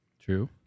True